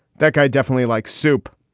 that guy definitely likes soup.